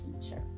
teacher